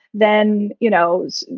then, you know, so